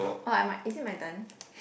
!wah! my is it my turn